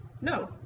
No